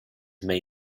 may